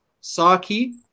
Saki